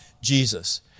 Jesus